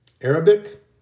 Arabic